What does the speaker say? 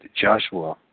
Joshua